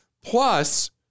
Plus